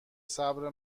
صبر